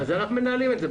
אנחנו מנהלים את זה.